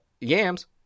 Yams